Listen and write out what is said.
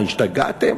מה, השתגעתם?